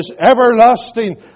everlasting